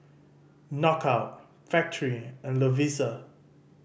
Knockout Factorie and Lovisa